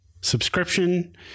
subscription